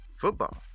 football